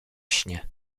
śnie